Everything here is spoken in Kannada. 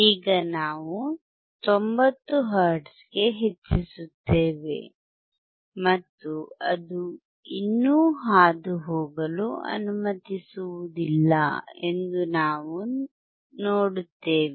ಈಗ ನಾವು 90 ಹರ್ಟ್ಜ್ಗೆ ಹೆಚ್ಚಿಸುತ್ತೇವೆ ಮತ್ತು ಅದು ಇನ್ನೂ ಹಾದುಹೋಗಲು ಅನುಮತಿಸುವುದಿಲ್ಲ ಎಂದು ನಾನು ನೋಡುತ್ತೇನೆ